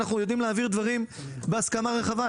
אנחנו יודעים להעביר דברים בהסכמה רחבה.